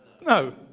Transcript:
No